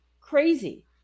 crazy